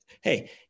hey